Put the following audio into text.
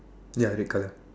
ya red color